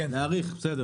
להאריך, בסדר.